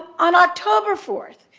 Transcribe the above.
on october four,